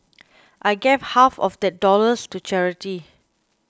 I gave half of that dollars to charity